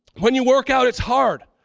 when you work out, it's hard.